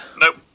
Nope